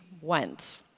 went